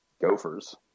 Gophers